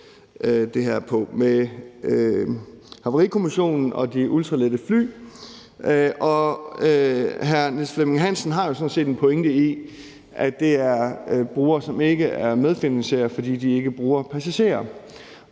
det her med Havarikommissionen og de ultralette fly på. Hr. Niels Flemming Hansen har jo sådan set en pointe i, at det er brugere, som ikke er medfinansierere, fordi de ikke har passagerer.